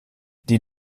die